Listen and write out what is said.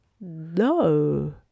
no